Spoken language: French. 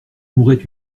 mourait